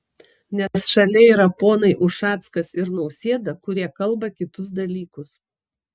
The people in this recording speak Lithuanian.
nes šalia yra ponai ušackas ir nausėda kurie kalba kitus dalykus